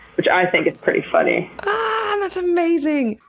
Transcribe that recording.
which i think is pretty funny. ahh that's amazing!